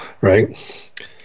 right